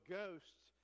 ghosts